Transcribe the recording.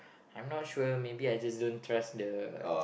I'm not sure maybe I just don't trust the